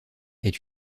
est